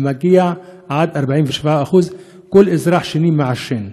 ומגיע עד 47% כל אזרח שני מעשן.